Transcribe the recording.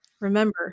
Remember